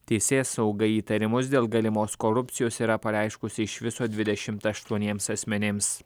teisėsauga įtarimus dėl galimos korupcijos yra pareiškusi iš viso dvidešimt aštuoniems asmenims